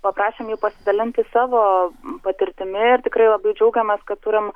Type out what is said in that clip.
paprašėm jų pasidalinti savo patirtimi ir tikrai labai džiaugiamės kad turim